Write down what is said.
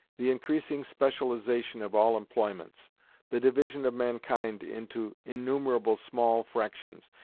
the increasing specialisation of all employments the division of mankind into innumerable small fractions,